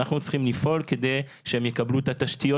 אנחנו צריכים לפעול כדי שהם יקבלו את התשתיות